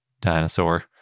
dinosaur